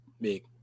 Big